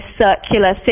circular